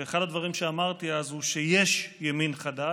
ואחד הדברים שאמרתי אז הוא שיש ימין חדש,